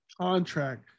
contract